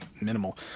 minimal